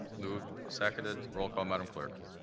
moved. seconded. roll call, madam clerk.